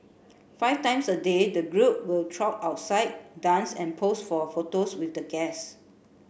five times a day the group will trot outside dance and pose for photos with the guests